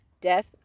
death